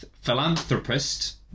philanthropist